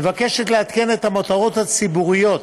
מבקשת לעדכן את המטרות הציבוריות